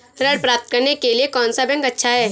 ऋण प्राप्त करने के लिए कौन सा बैंक अच्छा है?